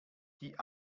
die